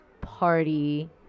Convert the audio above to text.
party